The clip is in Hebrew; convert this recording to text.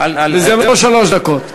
וזה לא שלוש דקות.